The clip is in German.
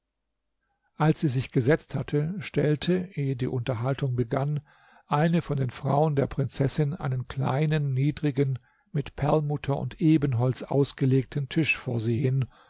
als sie sich gesetzt hatte stellt ehe die unterhaltung begann eine von den frauen der prinzessin einen kleinen niedrigen mit perlmutter und ebenholz ausgelegten tisch vor sie hin